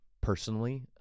personally